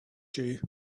you